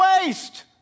waste